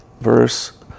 verse